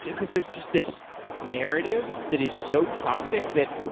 because there's just this narrative that is so toxic that,